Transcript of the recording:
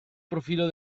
profilo